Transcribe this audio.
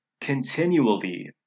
continually